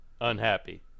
Unhappy